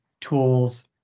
tools